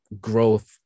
growth